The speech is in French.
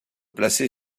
placé